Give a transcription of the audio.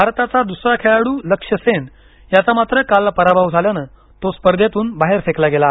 भारताचा दुसरा खेळाडू लक्ष्य सेन याचा मात्र काल पराभव झाल्यानं तो स्पर्धेतून बाहेर फेकला गेला आहे